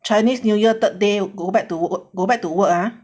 chinese new year third day go back to work go back to work ah